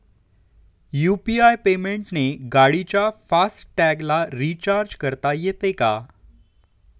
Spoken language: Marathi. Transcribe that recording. यु.पी.आय पेमेंटने गाडीच्या फास्ट टॅगला रिर्चाज करता येते का?